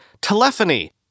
telephony